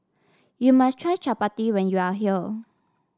you must try Chapati when you are here